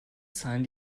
zahlen